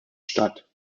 statt